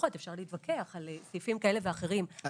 אפשר להתווכח על סעיפים כאלה ואחרים,